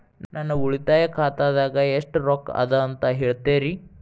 ನನ್ನ ಉಳಿತಾಯ ಖಾತಾದಾಗ ಎಷ್ಟ ರೊಕ್ಕ ಅದ ಅಂತ ಹೇಳ್ತೇರಿ?